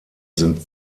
sind